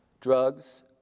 drugs